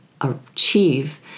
achieve